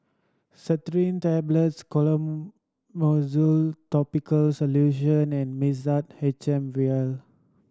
Tablets Clotrimozole Topical Solution and Mixtard H M Vial